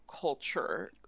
culture